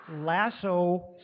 lasso